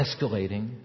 escalating